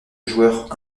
joueurs